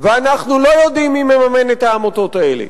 ואנחנו לא יודעים מי מממן את העמותות האלה,